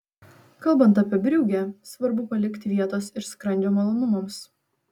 kalbant apie briugę svarbu palikti vietos ir skrandžio malonumams